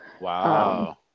Wow